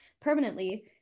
permanently